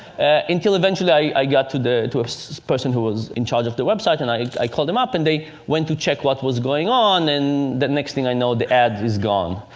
until eventually i got to the so person who was in charge of the website, and i i called them up, and they went to check what was going on. and the next thing i know, the ad is gone,